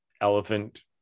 elephant